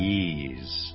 ease